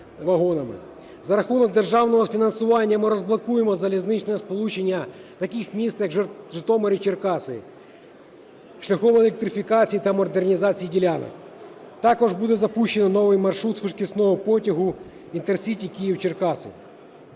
За рахунок державного фінансування ми розблокуємо залізничне сполучення таких міст, як Житомир і Черкаси, шляхом електрифікації та модернізації ділянок. Також буде запущено новий маршрут швидкісного потягу "Інтерсіті" Київ-Черкаси.